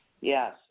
Yes